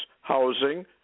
housing